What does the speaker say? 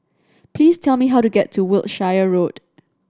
please tell me how to get to Wiltshire Road